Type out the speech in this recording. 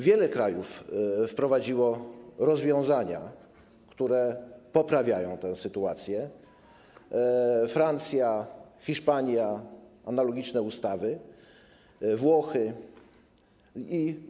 Wiele krajów wprowadziło rozwiązania, które poprawiają tę sytuację: Francja, Hiszpania - analogiczne ustawy, Włochy też.